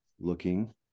looking